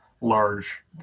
large